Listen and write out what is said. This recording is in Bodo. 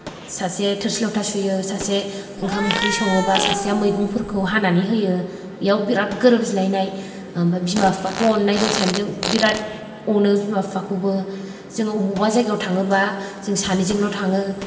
सासे थोरसि लथा सुयो सासे ओंखाम ओंख्रि सङोबा सासेया मैगंफोरखौ हानानै होयो बिदियाव बिराद गोरोबज्लायनाय ओमफ्राय बिमा बिफाखौ अनज्लायनाय जों सानैजों बिराद अनो बिमा बिफाखौबो जों बबावबा जायगायाव थाङोबा जों सानैजोंल' थाङो